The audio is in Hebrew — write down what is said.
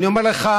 אני אומר לך,